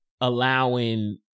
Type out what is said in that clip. allowing